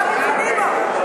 מה רציני בו?